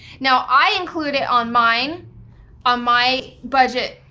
now, i include it on my um my budget.